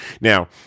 now